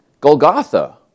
Golgotha